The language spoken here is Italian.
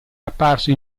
apparso